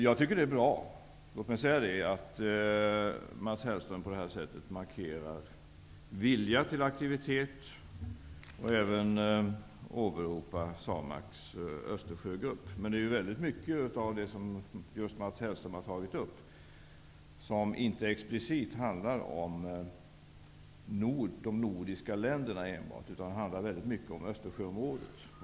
Jag tycker att det är bra, låt mig säga det, att Mats Hellström på det här sättet markerar vilja till aktivitet och även åberopar SAMAK:s Östersjögrupp. Men väldigt mycket av det som Mats Hellström har tagit upp handlar inte explicit om de nordiska länderna. Det handlar väldigt mycket om Östersjöområdet.